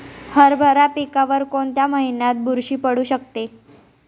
हरभरा पिकावर कोणत्या महिन्यात बुरशी पडू शकते?